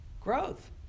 growth